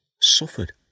suffered